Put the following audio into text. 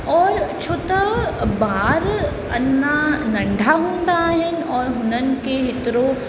और छो त ॿाहिरि अञा नंढा हूंदा आहिनि और उन्हनि खे हिकिड़ो